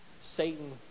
Satan